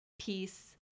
peace